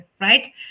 right